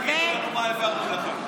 אז אל תגידו לנו מה העברנו לכם.